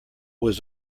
was